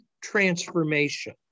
transformation